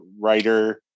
writer